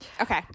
Okay